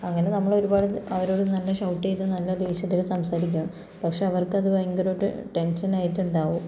അങ്ങനെ നമ്മളൊരുപാട് അവരോട് നല്ല ഷൗട്ട് ചെയ്ത് നല്ല ദേഷ്യത്തില് സംസാരിക്കും പക്ഷേ അവർക്കത് ഭയങ്കരവായിട്ട് ടെൻഷനായിട്ടുണ്ടാവും